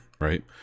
right